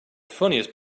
funniest